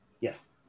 Yes